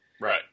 right